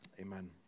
Amen